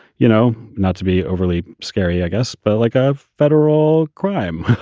you know, not to be overly scary, i guess, but like a federal crime.